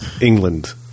England